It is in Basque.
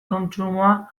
kontsumoa